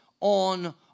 on